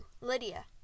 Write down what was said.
Lydia